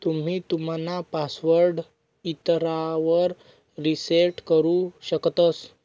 तुम्ही तुमना पासवर्ड इसरावर रिसेट करु शकतंस